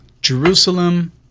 Jerusalem